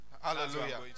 Hallelujah